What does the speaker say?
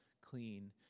clean